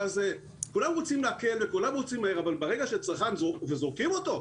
כולם רוצים מהר אבל ברגע שזורקים את הצרכן,